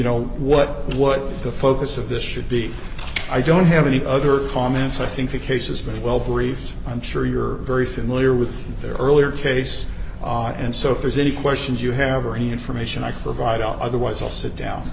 know what what the focus of this should be i don't have any other comments i think the case is very well briefed i'm sure you're very familiar with their earlier case and so if there's any questions you have or any information i provide out otherwise i'll sit down